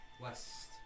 West